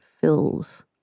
fills